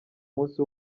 munsi